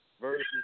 Versus